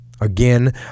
Again